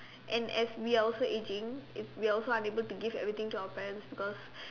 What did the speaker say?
and as we are also aging we we are also unable to give everything to our parents because